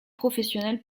professionnel